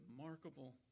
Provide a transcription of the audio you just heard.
remarkable